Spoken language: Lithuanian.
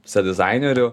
su dizaineriu